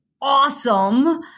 awesome